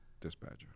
dispatcher